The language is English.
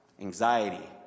anxiety